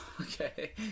Okay